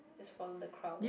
just follow the crowd lor